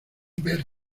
ver